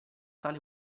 tale